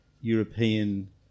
European